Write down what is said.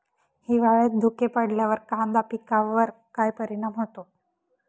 हिवाळ्यात धुके पडल्यावर कांदा पिकावर काय परिणाम होतो?